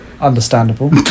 Understandable